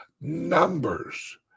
numbers